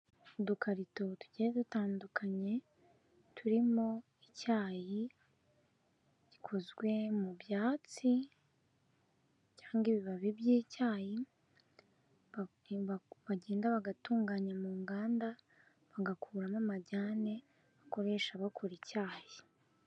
Udukarito tugiye dutandukanye turimo icyayi gikozwe mu byatsi cyangwa ibibabi by'icyayi bagenda bagatunganya mu nganda bagakuramo amajyane bakoresha bakora icyayi.